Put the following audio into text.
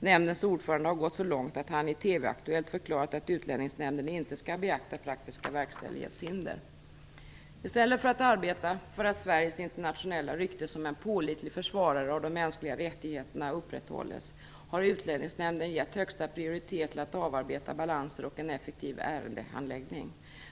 Nämndens ordförande har gått så långt att han i TV-aktuellt förklarat att Utlänningsnämnden inte skall beakta praktiska verkställighetshinder. I stället för att arbeta för att Sveriges internationella rykte som en pålitlig försvarare av att de mänskliga rättigheterna upprätthålls har Utlänningsnämnden gett högsta prioritet till att avarbeta balanser och en effektiv ärendehandläggning.